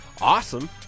awesome